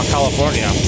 California